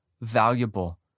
valuable